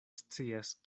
scias